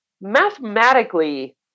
mathematically